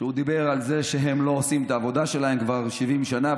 שהוא דיבר שהם לא עושים את העבודה שלהם כבר 70 שנה,